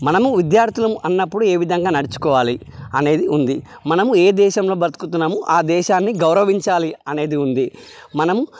మనం విద్యార్థులం అన్నప్పుడు ఏ విధంగా నడుచుకోవాలి అనేది ఉంది మనం ఏ దేశంలో బతుకుతున్నాము ఆ దేశాన్ని గౌరవించాలి అనేది ఉంది మణం